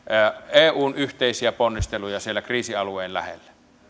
eun yhteisiä ponnisteluja siellä kriisialueen lähellä